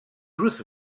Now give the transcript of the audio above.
ruth